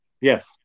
Yes